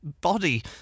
body